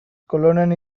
kolonen